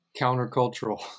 countercultural